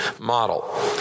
model